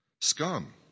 Scum